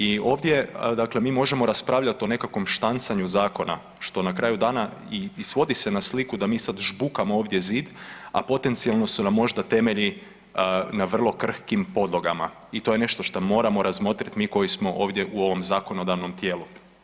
I ovdje, dakle mi možemo raspravljat o nekakvom štancanju zakona što na kraju dana i svodi se na sliku da mi sada žbukamo ovdje zid, a potencijalno su nam možda temelji na vrlo krhkim podlogama i to je nešto što moramo razmotriti mi koji smo ovdje u ovom zakonodavnom tijelu.